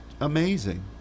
amazing